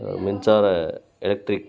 மின்சார எலெக்ட்ரிக்